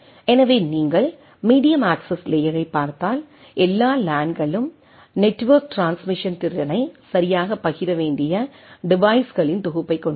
எனவே நீங்கள் medium access லேயரைப் பார்த்தால் எல்லா லான்களும் நெட்வொர்க் டிரான்ஸ்மிஷன் திறனை சரியாகப் பகிர வேண்டிய டிவைஸ்களின் தொகுப்பைக் கொண்டுள்ளன